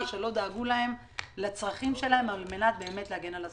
שלא דאגו לצרכים שלהם על מנת להגן עליהם.